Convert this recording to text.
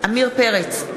עמיר פרץ,